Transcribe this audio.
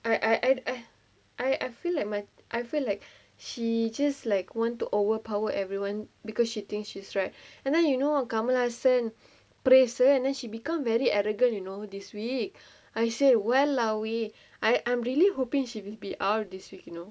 I I I I feel like my I feel like she just like want to overpower everyone because she thinks she's right and then you know kamala sent praise her and then she become very arrogant you know this week I said where are we I I'm really hoping she would be out of this week you know